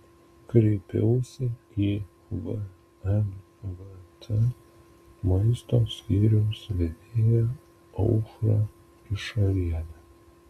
kreipiausi į vmvt maisto skyriaus vedėją aušrą išarienę